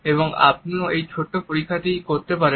এবং আপনিও এই ছোট্ট পরীক্ষাটি করতে পারেন